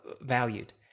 valued